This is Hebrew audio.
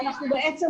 אנחנו בעצם,